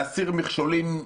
להסיר מכשולים,